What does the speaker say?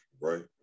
right